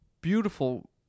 beautiful